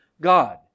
God